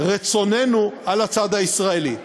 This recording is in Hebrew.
רצוננו על הצד הישראלי.